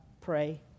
pray